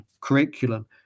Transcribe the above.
curriculum